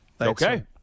Okay